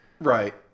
Right